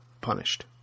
punished